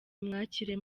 imwakire